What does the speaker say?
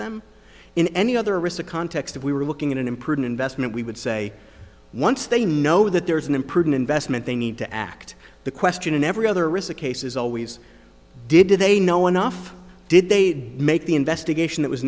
them in any other rissa context if we were looking at an imprudent investment we would say once they know that there is an imprudent investment they need to act the question in every other risk case is always did they know enough did they make the investigation it was